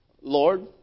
Lord